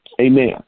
Amen